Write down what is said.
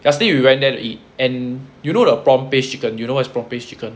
yesterday we went there to eat and you know the prawn paste chicken you know what is prawn paste chicken